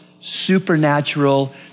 supernatural